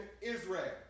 Israel